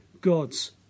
God's